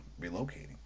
relocating